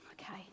Okay